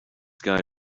guy